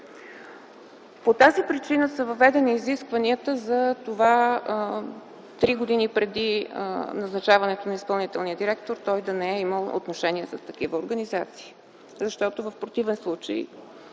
По тази причина са въведени изискванията за това 3 години преди назначаването на изпълнителния директор той да не е имал отношения с такива организации, защото в противен случай